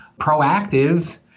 proactive